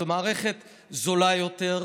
זו מערכת זולה יותר,